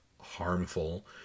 harmful